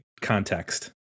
context